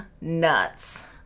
nuts